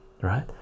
right